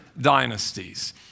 dynasties